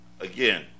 Again